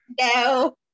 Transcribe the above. No